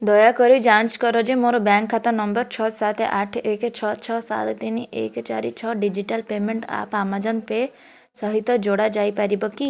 ଦୟାକରି ଯାଞ୍ଚ କର ଯେ ମୋର ବ୍ୟାଙ୍କ୍ ଖାତା ନମ୍ବର ଛଅ ସାତେ ଆଠେ ଏକେ ଛଅ ଛଅ ସାତେ ତିନ ଏକେ ଚାରି ଛଅ digital payment app Amazon Pay ସହିତ ଯୋଡ଼ା ଯାଇପାରିବ କି